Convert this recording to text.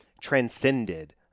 transcended